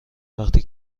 وقتی